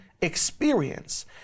experience